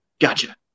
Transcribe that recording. Gotcha